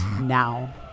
now